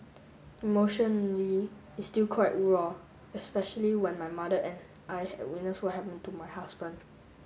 emotionally it's still quite raw especially when my mother and I had witnessed what happened to my husband